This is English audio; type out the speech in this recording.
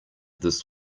this